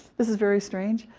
this is very strange.